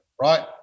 right